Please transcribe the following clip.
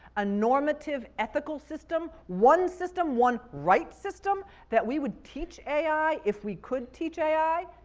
a normative ethical system, one system, one right system that we would teach ai if we could teach ai?